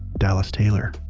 dallas taylor.